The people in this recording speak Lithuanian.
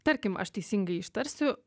tarkim aš teisingai ištarsiu